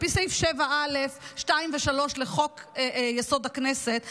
על פי סעיף 7א(א)(2) ו-(3) לחוק-יסוד: הכנסת,